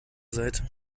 seite